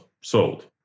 sold